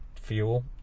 fuel